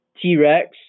t-rex